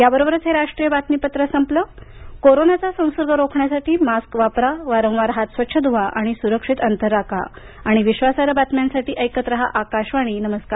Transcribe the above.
या बरोबरच हे राष्ट्रीय बातमीपत्र संपलं कोरोनाचा संसर्ग रोखण्यासाठी मास्क परिधान करा वारवार हात स्वच्छ धवा सुरक्षित अंतरराखाआणि विधासार्हं बातम्यांसाठी ऐकत राहा आकाशवाणीनमस्कार